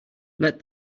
let